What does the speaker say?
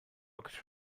rock